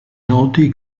noti